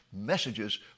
Messages